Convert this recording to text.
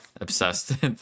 obsessed